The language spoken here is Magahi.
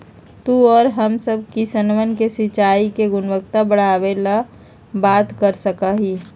तू और हम सब किसनवन से सिंचाई के गुणवत्ता बढ़ावे ला बात कर सका ही